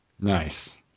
Nice